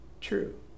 true